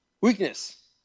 Weakness